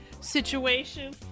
Situation